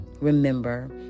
Remember